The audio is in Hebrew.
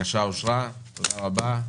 רוב הבקשה לאישור השקעה בחברת נצר השרון